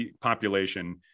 population